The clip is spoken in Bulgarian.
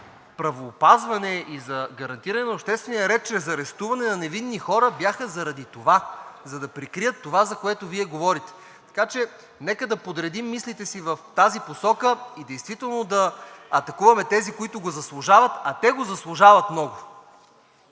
за правоопазване и за гарантиране на обществения ред чрез арестуване на невинни хора бяха заради това – за да прикрият това, за което Вие говорите. Така че нека да подредим мислите си в тази посока и действително да атакуваме тези, които го заслужават, а те го заслужават много.